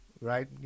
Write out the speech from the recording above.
right